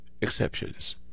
exceptions